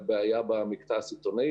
לא מראות על בעיה במקטע הקמעונאי.